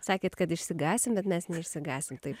sakėt kad išsigąsim bet mes neišsigąsim tai